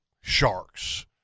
sharks